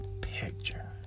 Picture